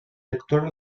lector